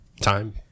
time